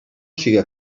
siga